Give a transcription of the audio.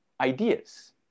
ideas